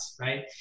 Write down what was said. right